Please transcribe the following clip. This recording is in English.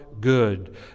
good